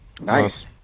nice